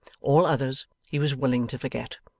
all others he was willing to forget.